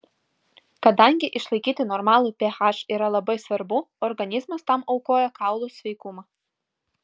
kadangi išlaikyti normalų ph yra labai svarbu organizmas tam aukoja kaulų sveikumą